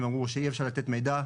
הם אמרו שאי אפשר לתת מידע,